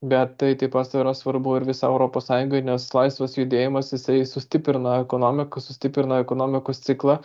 bet tai taip pat yra svarbu ir visai europos sąjungai nes laisvas judėjimas jisai sustiprina ekonomiką sustiprino ekonomikos ciklą